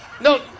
no